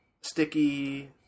Sticky